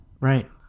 Right